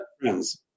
friends